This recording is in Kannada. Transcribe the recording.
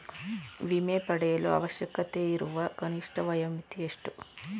ವಿಮೆ ಪಡೆಯಲು ಅವಶ್ಯಕತೆಯಿರುವ ಕನಿಷ್ಠ ವಯೋಮಿತಿ ಎಷ್ಟು?